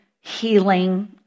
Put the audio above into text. healing